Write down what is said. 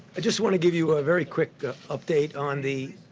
i just want to give you a very quick update on the